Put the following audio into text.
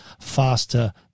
faster